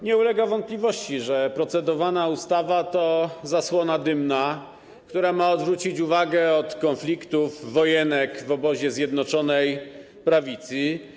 Nie ulega wątpliwości, że procedowana ustawa to zasłona dymna, która ma odwrócić uwagę od konfliktów, wojenek w obozie Zjednoczonej Prawicy.